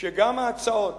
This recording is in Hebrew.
שגם ההצעות